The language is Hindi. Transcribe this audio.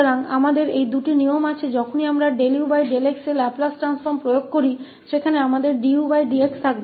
तो हमारे पास ये दो नियम हैं जब भी हम लाप्लास ट्रांसफ़ॉर्म को ut पर लागू करते हैं तो हमारे पास वहाँ होगा